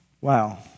Wow